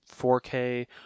4K